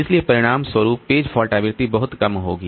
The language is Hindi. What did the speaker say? इसलिए परिणामस्वरूप पेज फॉल्ट आवृत्ति बहुत कम होगी